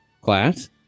class